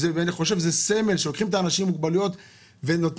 וזה סמל שלוקחים אנשים עם מוגבלויות ונותנים